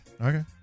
Okay